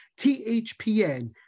THPN